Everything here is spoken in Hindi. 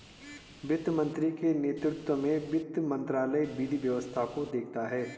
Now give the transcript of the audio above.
वित्त मंत्री के नेतृत्व में वित्त मंत्रालय विधि व्यवस्था को देखता है